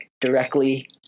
directly